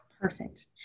Perfect